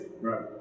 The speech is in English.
Right